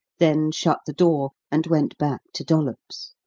then shut the door, and went back to dollops.